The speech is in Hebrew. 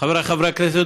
חבריי חברי הכנסת,